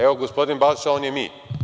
Evo, gospodin Balša, on je „mi“